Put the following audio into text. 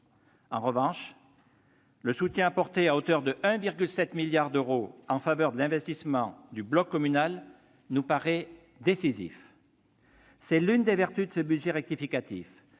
En revanche, le soutien apporté, à hauteur de 1,7 milliard d'euros, en faveur de l'investissement du bloc communal nous paraît décisif. C'est l'une des vertus de ce budget rectificatif